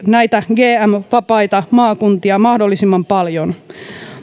näitä gm vapaita maakuntia mahdollisimman paljon